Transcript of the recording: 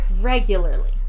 regularly